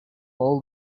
all